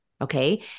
Okay